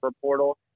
portal